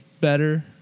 better